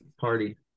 party